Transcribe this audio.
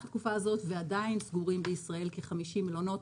התקופה הזאת ועדיין סגורים בישראל כ-50 מלונות.